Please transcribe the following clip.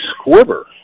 squibber